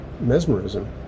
mesmerism